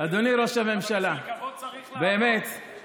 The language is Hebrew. אדוני ראש הממשלה, באמת,